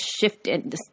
shifted